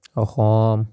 Assam